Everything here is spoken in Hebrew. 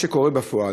מה שקורה בפועל,